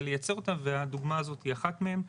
לייצר אותם והדוגמה הזאת היא אחת מהן,